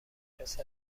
پسر